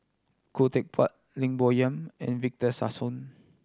Khoo Teck Puat Lim Bo Yam and Victor Sassoon